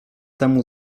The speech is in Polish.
temu